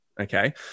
Okay